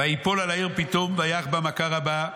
וייפול על העיר פתאום ויך בה מכה רבה,